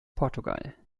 portugal